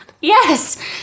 Yes